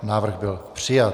Návrh byl přijat.